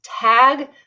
tag